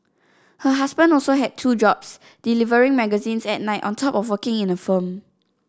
her husband also had two jobs delivering magazines at night on top of working in a firm